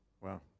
Wow